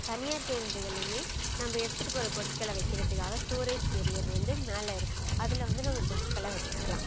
தனியார் பேருந்துகள்லேயுமே நம்ம எடுத்துகிட்டு போகிற பொருட்கள வைக்கிறதுக்காக ஸ்டோரேஜ் கெரியர் வந்து மேலே இருக்கும் அதில் வந்து நம்ம பொருட்களை வச்சுக்கிலாம்